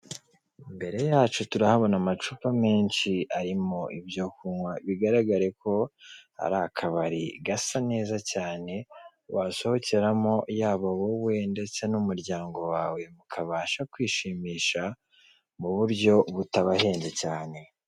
Imbere yacu turahabona amacupa menshi arimo ibyo kunywa bigaragare ko ari akabari gasa neza cyane wasohokeramo yabo wowe ndetse n'umuryango wawe mukabasha kwishimisha mu buryo butabahenze cyane.